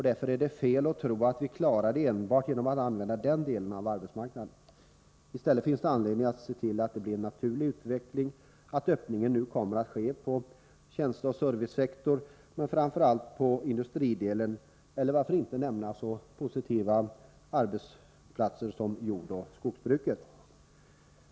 Därför är det fel att tro att vi klarar ungdomslagen enbart genom att använda den delen av arbetsmarknaden. I stället finns det anledning att se till att det blir en naturlig utveckling, att öppningen nu kommer att ske på tjänsteoch servicesektorn men framför allt på industridelen eller varför inte nämna så positiva arbetsplatser som jordoch skogsbruket.